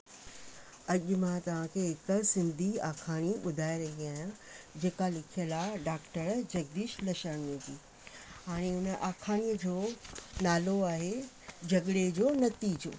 अॼु मां तव्हांखे हिकु सिंधी आखाणी ॿुधाए रही आहियां जेका लिखियल आहे डॉक्टर जगदीश नशानीअ जी हाणे हुन आखाणीअ जो नालो आहे झगड़े जो नतीजो